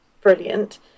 brilliant